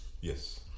Yes